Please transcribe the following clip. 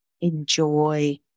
enjoy